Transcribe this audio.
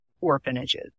orphanages